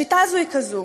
השיטה הזאת היא כזאת: